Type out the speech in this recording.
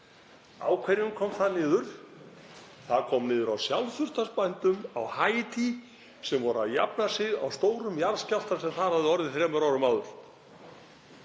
Hverjum kom það niður á? Það kom niður á sjálfsþurftarbændum á Haítí sem voru að jafna sig á stórum jarðskjálfta sem þar hafði orðið þremur árum áður.